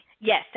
Yes